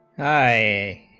high